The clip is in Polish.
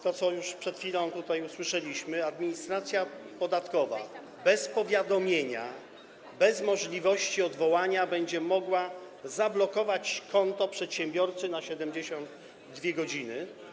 Tak jak już przed chwilą tutaj usłyszeliśmy, administracja podatkowa bez powiadomienia, bez możliwości odwołania będzie mogła zablokować konto przedsiębiorcy na 72 godziny.